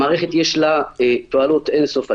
למערכת יש תועלות אין סוף.